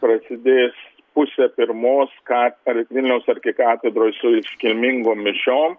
prasidės pusę pirmos ka per vilniaus arkikatedroj su iškilmingom mišiom